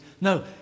No